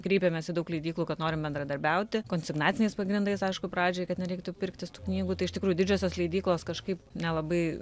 kreipėmės į daug leidyklų kad norim bendradarbiauti konsignaciniais pagrindais aišku pradžiai kad nereiktų pirktis tų knygų tai iš tikrųjų didžiosios leidyklos kažkaip nelabai